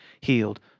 healed